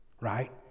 right